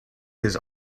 his